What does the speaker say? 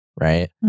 right